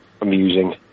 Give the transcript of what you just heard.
amusing